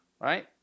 right